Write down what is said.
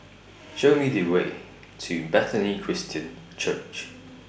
Show Me The Way to Bethany Christian Church